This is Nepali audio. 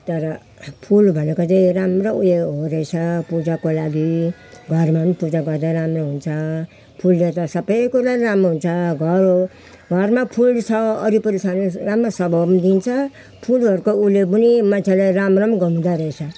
तर फुल भनेको चाहिँ राम्रो उयो हो रहेछ पूजाको लागि घरमा पूजा गर्दा राम्रो हुन्छ फुलले त सबको लागि राम्रो हुन्छ घर हो घरमा फुल छ वरिपरि छ भने राम्रो स्वभाव पनि दिन्छ फुलहरूको उयोले पनि मान्छेलाई राम्रो गर्नु हुँदो रहेछ